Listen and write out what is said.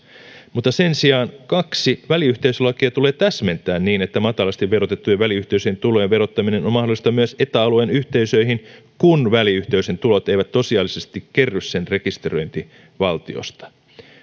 kaksi sen sijaan väliyhteisölakia tulee täsmentää niin että matalasti verotettujen väliyhteisöjen tulojen verottaminen on mahdollista myös eta alueen yhteisöihin kun väliyhteisön tulot eivät tosiasiallisesti kerry sen rekisteröintivaltiosta